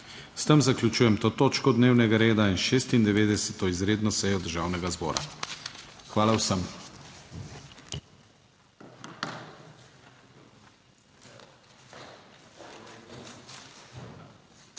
S tem zaključujem to točko dnevnega reda in 96. izredno sejo Državnega zbora. Hvala vsem.